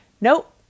nope